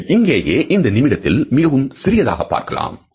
நீங்கள் இங்கேயே இந்த நிமிடத்தில் மிகவும் சிறியதாக பார்க்கலாம்